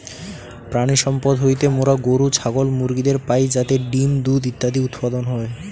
প্রাণিসম্পদ হইতে মোরা গরু, ছাগল, মুরগিদের পাই যাতে ডিম্, দুধ ইত্যাদি উৎপাদন হয়